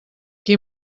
qui